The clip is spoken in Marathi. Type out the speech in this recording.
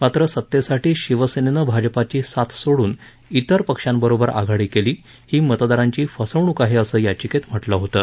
मात्र सतेसाठी शिवसेनेनं भाजपाची साथ सोडून इतर पक्षांबरोबर आघाडी केली ही मतदारांची फसवणूक आहे असं याचिकेत म्हटलं होतं